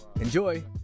Enjoy